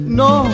no